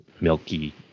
milky